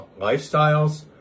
lifestyles